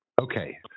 Okay